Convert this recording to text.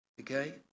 Okay